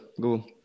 go